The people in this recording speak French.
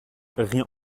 rien